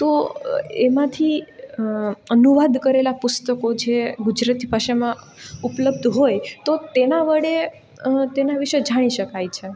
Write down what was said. તો એમાંથી અનુવાદ કરેલા પુસ્તકો છે ગુજરાતી ભાષામાં ઉપલબ્ધ હોય તો તેના વડે તેના વિષે જાણી શકાય છે